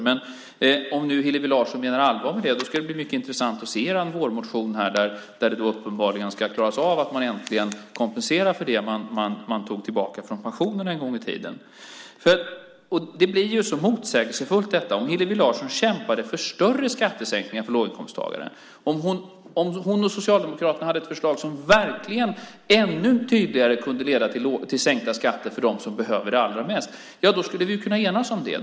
Men om Hillevi Larsson nu menar allvar med detta ska det bli mycket intressant att se er vårmotion, där det uppenbarligen ska klaras av att man äntligen kompenserar för det man tog tillbaka från pensionerna en gång i tiden. Det blir ju så motsägelsefullt. Om Hillevi Larsson kämpade för större skattesänkningar för låginkomsttagare, om hon och Socialdemokraterna hade ett förslag som verkligen ännu tydligare kunde leda till sänkta skatter för dem som behöver det allra mest, då skulle vi kunna enas om det.